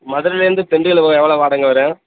மதுரைலேருந்து திண்டிவனம் போக எவ்வளோ வாடகைங்க வரும்